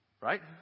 right